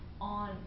on